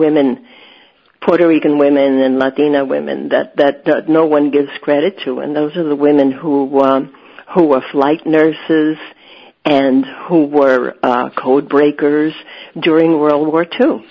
women puerto rican women and latina women that no one gives credit to and those are the women who who are flight nurses and who were codebreakers during world war two